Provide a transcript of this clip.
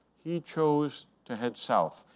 he chose to head south.